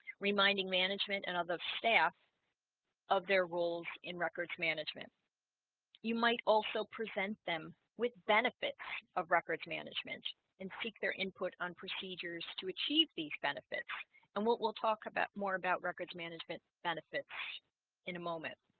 reminding management and other staff of their roles in records management you might also present them with benefits of records management and seek their input on procedures to achieve these benefits and what we'll talk about more about records management benefits in a moment